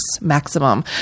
maximum